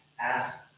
ask